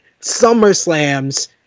Summerslams